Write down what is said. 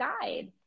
guide